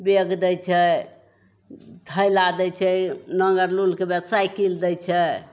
bag दै छै थैला दै छै नाङ्गर लुल्हके वएह साइकिल दै छै